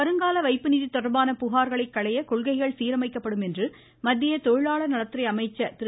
வருங்கால வைப்புநிதி தொடர்பான புகார்களைக் களைய கொள்கைகள் சீரமைக்கப்படும் என்று மத்திய தொழிலாளர் நலத்துறை அமைச்சர் திரு